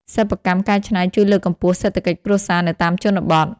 សិប្បកម្មកែច្នៃជួយលើកកម្ពស់សេដ្ឋកិច្ចគ្រួសារនៅតាមជនបទ។